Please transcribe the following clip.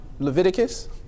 Leviticus